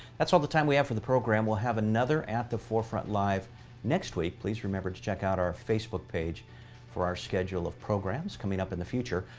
that's all the time we have for the program. we'll have another at the forefront live next week. please remember to check out our facebook page for our schedule of programs coming up in the future.